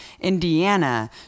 Indiana